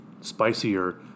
spicier